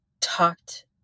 talked